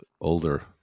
older